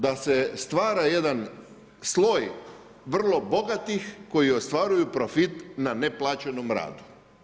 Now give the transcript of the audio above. Da se stvara jedan sloj vrlo bogatih, koji ostvaruju profit na neplaćenom radom.